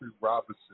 Robinson